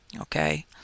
Okay